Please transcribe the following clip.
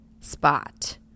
spot